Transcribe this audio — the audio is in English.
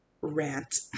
rant